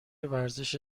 ورزش